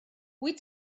wyt